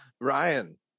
ryan